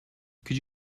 could